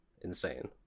insane